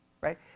right